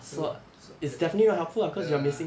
so so uh ya